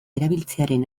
erabiltzearen